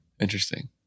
Interesting